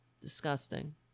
Disgusting